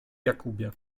jakubie